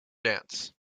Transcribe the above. dance